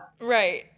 Right